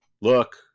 look